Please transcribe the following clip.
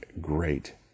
great